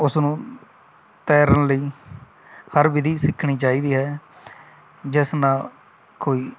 ਉਸਨੂੰ ਤੈਰਨ ਲਈ ਹਰ ਵਿਧੀ ਸਿੱਖਣੀ ਚਾਹੀਦੀ ਹੈ ਜਿਸ ਨਾਲ ਕੋਈ